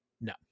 No